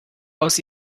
aus